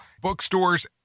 Bookstores